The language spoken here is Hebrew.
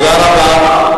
תודה רבה.